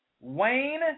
Wayne